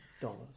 dollars